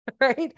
right